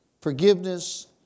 forgiveness